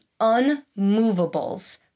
unmovables